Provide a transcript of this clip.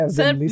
sir